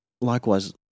Likewise